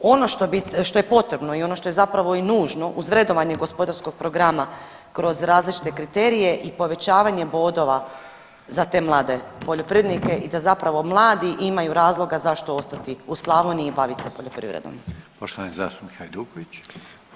Ono što je potrebno i što je zapravo i nužno uz vrednovanje gospodarskog programa kroz različite kriterije i povećavanje bodova za te mlade poljoprivrednike i da zapravo mladi imaju razloga zašto ostati u Slavoniji i bavit se poljoprivredom.